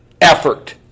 effort